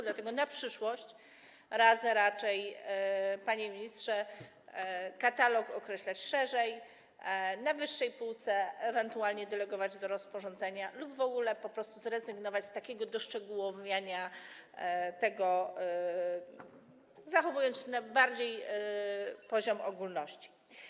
Dlatego na przyszłość radzę raczej, panie ministrze, nakreślić szerszy katalog, z wyższej półki ewentualnie delegować do rozporządzenia lub w ogóle po prostu zrezygnować z takiego doszczegółowiania tego, zachowując wyższy poziom ogólności.